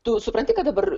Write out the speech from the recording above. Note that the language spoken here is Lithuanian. tu supranti kad dabar